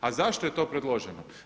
A zašto je to predloženo?